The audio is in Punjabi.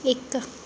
ਇੱਕ